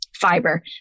fiber